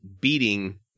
beating